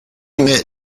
met